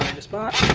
just bought.